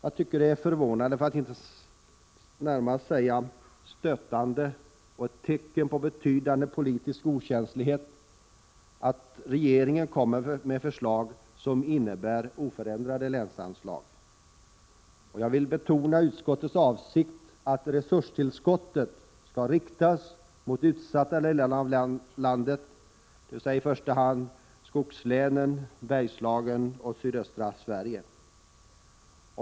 Det är förvånande, för att inte säga närmast stötande och ett tecken på en betydande politisk okänslighet, att regeringen kommer med förslag som innebär oförändrade länsanslag. Jag vill betona utskottets avsikt att resurstillskottet skall riktas mot utsatta delar av landet, dvs. i första hand skogslänen, Bergslagen och sydöstra Sverige.